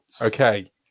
Okay